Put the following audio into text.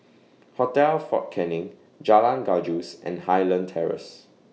Hotel Fort Canning Jalan Gajus and Highland Terrace